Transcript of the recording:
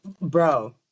Bro